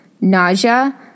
nausea